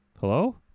Hello